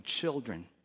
children